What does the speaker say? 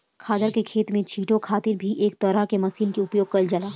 खादर के खेत में छींटे खातिर भी एक तरह के मशीन के उपयोग कईल जाला